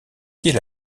quais